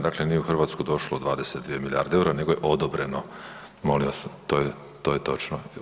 Dakle, nije u Hrvatsku došlo 22 milijarde EUR-a nego je odobreno, molim vas to je, to je točno.